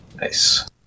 Nice